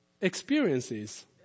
experiences